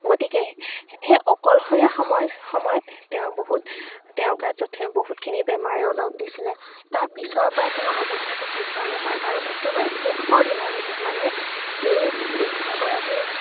গতিকে সেই অকলশৰীয়া সময় সময়ত তেওঁৰ বহুত তেওঁৰ গাত যথে বহুতখিনি বেমাৰেও লগ দিছিলে তাৰপিছৰ পৰা তেওঁৰ অৱস্থাটো কি ধৰণে হয় আৰু একেবাৰে শেষৰ দিনালৈকে মানে সেই বৃদ্ধাগৰাকী